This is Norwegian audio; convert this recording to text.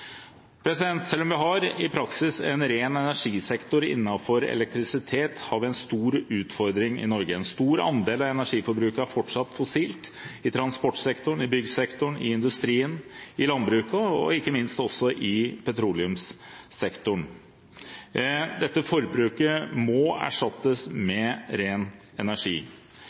Selv om vi i praksis har en ren energisektor innenfor elektrisitet, har vi en stor utfordring i Norge. En stor andel av energiforbruket er fortsatt fossil – i transportsektoren, i byggsektoren, i industrien, i landbruket og ikke minst i petroleumssektoren. Dette forbruket må erstattes med ren energi.